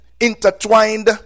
intertwined